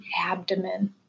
abdomen